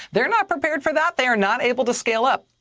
they're not prepared for that. they are not able to scale up.